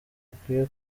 ikwiye